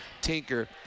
tinker